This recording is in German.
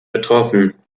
betroffen